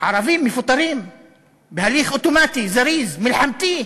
ערבים מפוטרים בהליך אוטומטי, זריז, מלחמתי.